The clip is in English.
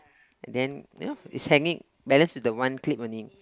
then you know is hanging left with the one clip only